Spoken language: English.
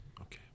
Okay